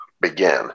begin